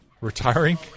Retiring